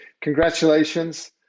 Congratulations